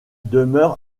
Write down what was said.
demeure